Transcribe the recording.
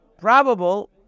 probable